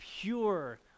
pure